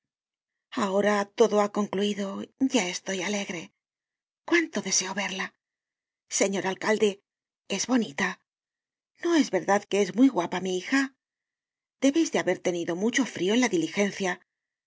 ahora todo ha concluido ya estoy alegre cuánto deseo verla señor alcalde es bonita no es verdad que es muy guapa mi hija debeis de haber tenido mucho frio en la diligencia